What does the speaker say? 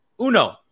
Uno